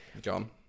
john